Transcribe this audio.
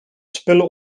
spullen